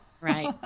Right